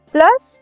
Plus